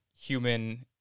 human